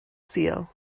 sul